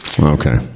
Okay